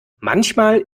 manchmal